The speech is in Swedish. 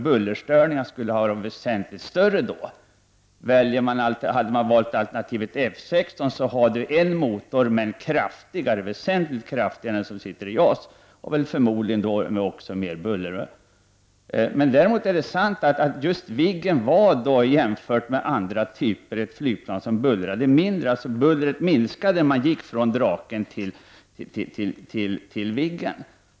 Bullerstörningarna skulle alltså ha blivit väsentligt större med detta plan. Hade man valt alternativet F 16 hade man fått ett plan med en motor som är väsentligt kraftigare än den som sitter i JAS ,och den hade förmodligen även inneburit mer buller. Däremot är det sant att just Viggen jämfört med andra flygplanstyper var ett plan som bullrade mindre. Bullret minskade alltså när man övergick från Draken till Viggen.